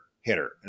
hitter